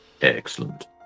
Excellent